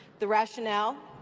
the rationale